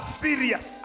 serious